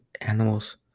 animals